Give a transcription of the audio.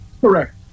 Correct